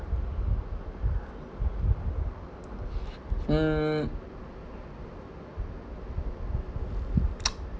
mm